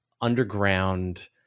underground